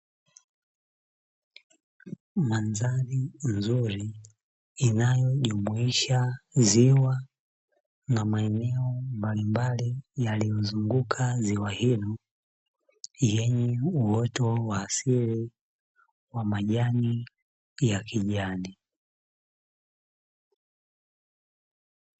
Mandhari nzuri inayojumuisha ziwa na maeneo mbalimbali yaliyozunguka ziwa hilo yenye uoto wa asili wa majani ya kijani.